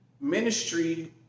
ministry